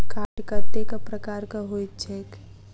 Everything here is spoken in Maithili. कार्ड कतेक प्रकारक होइत छैक?